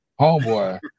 homeboy